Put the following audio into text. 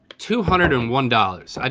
two hundred and one dollars.